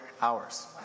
hours